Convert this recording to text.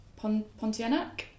Pontianak